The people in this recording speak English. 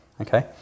okay